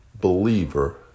believer